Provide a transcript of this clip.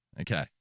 okay